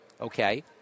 Okay